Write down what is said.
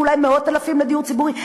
ואולי מאות-אלפים לדיור ציבורי?